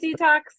detox